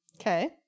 Okay